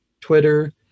twitter